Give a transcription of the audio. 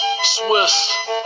Swiss